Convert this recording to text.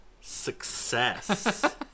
success